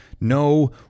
No